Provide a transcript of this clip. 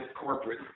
corporate